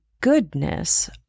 goodness